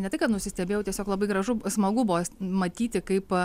ne tai kad nusistebėjau tiesiog labai gražu smagu buvo matyti kaip